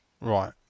Right